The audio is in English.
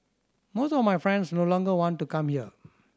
most of my friends no longer want to come here